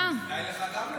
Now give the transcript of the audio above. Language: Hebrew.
כדאי לך גם לנסות להיות בקי.